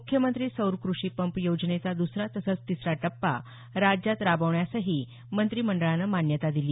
मुख्यमंत्री सौर कृषी पंप योजनेचा दसरा तसंच तिसरा टप्पा राज्यात राबवण्यासही मंत्रिमंडळाने मान्यता दिली